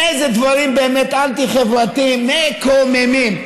איזה דברים באמת אנטי-חברתיים מקוממים.